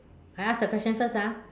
I ask the question first ah